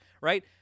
right